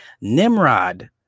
Nimrod